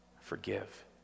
forgive